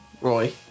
Roy